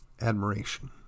admiration